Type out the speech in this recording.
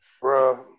bro